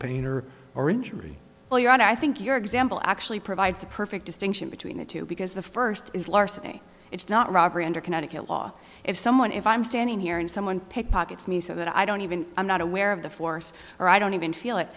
on i think your example actually provides a perfect distinction between the two because the first is larceny it's not robbery under connecticut law if someone if i'm standing here and someone pickpockets me so that i don't even i'm not aware of the force or i don't even feel it